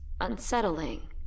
unsettling